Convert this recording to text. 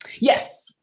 Yes